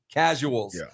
casuals